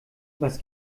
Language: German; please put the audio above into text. was